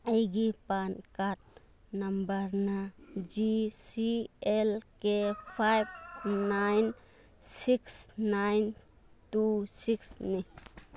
ꯑꯩꯒꯤ pan card ꯅꯝꯕꯔꯅ G C L K five nine six nine two ꯁꯤꯛꯁꯅꯤ